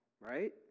right